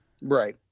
Right